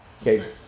okay